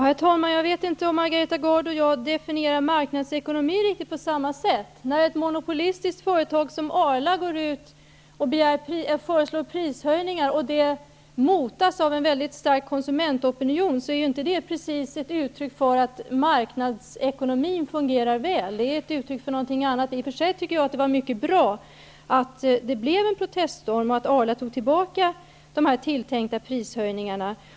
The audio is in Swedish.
Herr talman! Jag vet inte om Margareta Gard och jag definierar marknadsekonomi på samma sätt. När ett monopolistiskt företag som Arla går ut och föreslår prishöjningar och det motas av en väldigt stark konsumentopinion, är det inte precis ett uttryck för att marknadsekonomin fungerar väl. Det är ett uttryck för någonting annat. I och för sig tycker jag att det är mycket bra att det blev en proteststorm, och att Arla drog tillbaka de tilltänkta prishöjningarna.